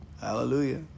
Hallelujah